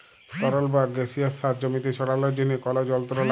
তরল বা গাসিয়াস সার জমিতে ছড়ালর জন্হে কল যন্ত্র লাগে